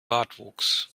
bartwuchs